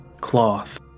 cloth